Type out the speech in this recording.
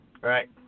Right